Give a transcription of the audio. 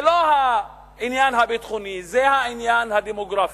זה לא העניין הביטחוני, זה העניין הדמוגרפי.